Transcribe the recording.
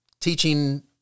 teaching